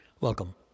Welcome